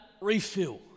refill